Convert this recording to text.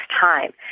time